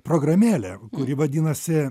programėlė kuri vadinasi